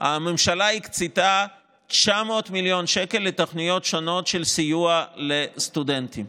הממשלה הקצתה 900 מיליון שקל לתוכניות שונות של סיוע לסטודנטים,